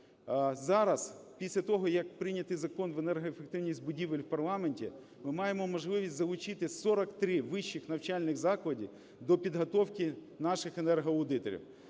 Зараз, після того, як прийнятий Закон про енергоефективність будівель в парламенті, ми маємо можливість залучити 43 вищих навчальних закладів до підготовки наших енергоаудиторів.